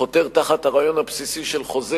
חותר תחת הרעיון הבסיסי של חוזה,